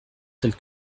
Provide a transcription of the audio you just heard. telle